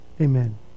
Amen